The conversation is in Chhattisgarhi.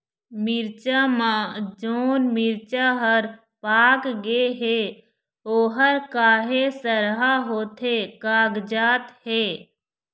मिरचा म जोन मिरचा हर पाक गे हे ओहर काहे सरहा होथे कागजात हे?